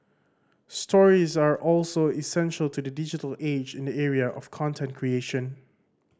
stories are also essential to the digital age in the area of content creation